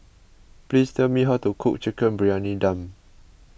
please tell me how to cook Chicken Briyani Dum